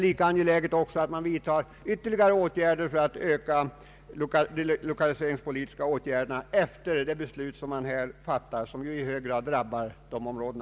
Lika angeläget är det att vidga de lokaliseringspolitiska åtgärderna, efter de beslut som här skall fattas och som ju i hög grad drabbar ifrågavarande områden.